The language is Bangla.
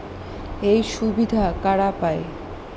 এই সুবিধা কারা পায়?